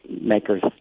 makers